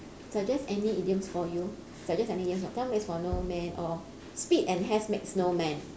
suggest any idioms for you suggest any idioms time waits for no man or speed and haste makes no man